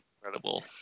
Incredible